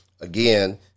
again